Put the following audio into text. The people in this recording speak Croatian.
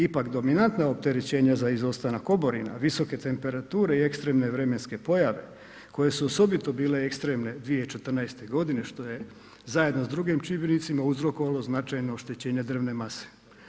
Ipak, dominantna opterećenja za izostanak oborina, visoke temperature i ekstremne vremenske pojave, koje su osobito bile ekstremne 2014. g. što je zajedno s drugim čimbenicima uzrokovalo značajno oštećenje drvne mase.